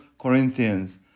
Corinthians